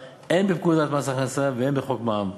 הן בפקודת מס הכנסה והן בחוק מס ערך מוסף,